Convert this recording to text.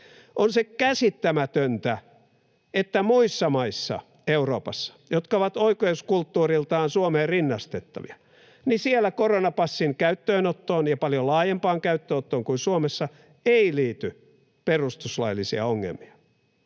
On se käsittämätöntä, että muissa maissa Euroopassa, jotka ovat oikeuskulttuuriltaan Suomeen rinnastettavia, koronapassin käyttöönottoon ja paljon laajempaan käyttöönottoon kuin Suomessa ei liity perustuslaillisia ongelmia.